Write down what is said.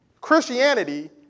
Christianity